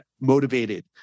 motivated